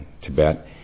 Tibet